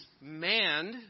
manned